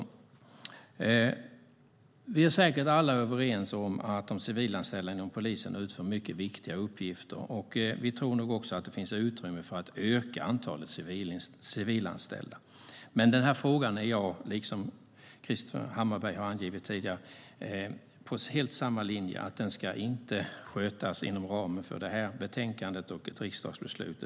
Vi är säkert alla överens om att de civilanställda inom polisen utför mycket viktiga uppgifter, och vi tror också att det finns utrymme för att öka antalet civilanställda. Men i denna fråga är jag helt på samma linje som Krister Hammarbergh; detta ska inte skötas inom ramen för detta betänkande och ett riksdagsbeslut.